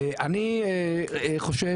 אני חושב